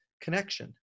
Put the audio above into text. connection